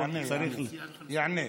יענה.